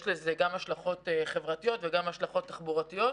יש לזה גם השלכות חברתיות וגם השלכות תחבורתיות.